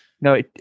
No